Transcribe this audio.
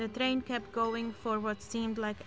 the train kept going for what seemed like